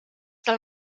del